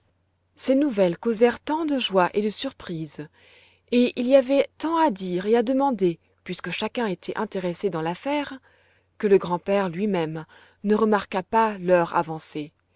ces nouvelles causèrent tant de joie et de surprise et il y avait tant à dire et à demander puisque chacun était intéressé dans l'affaire que le grand-père lui-même ne remarqua pas l'heure avancée